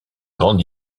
grande